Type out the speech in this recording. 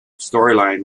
storyline